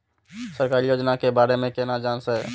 सरकारी योजना के बारे में केना जान से?